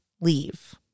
leave